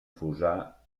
fossar